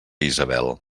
isabel